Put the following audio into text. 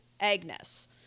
Agnes